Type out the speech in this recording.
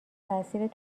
تاثیر